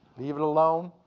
leave it alone.